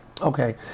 okay